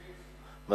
מסכים.